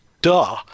Duh